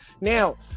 Now